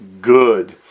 good